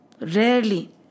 Rarely